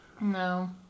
No